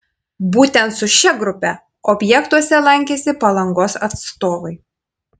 būtent su šia grupe objektuose lankėsi palangos atstovai